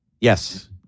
Yes